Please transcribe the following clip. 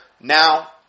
now